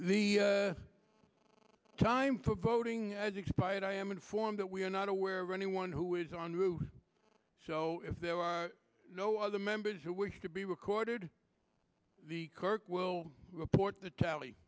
the time for voting has expired i am informed that we are not aware of anyone who is on route so if there are no other members who wish to be recorded the clerk will report the tally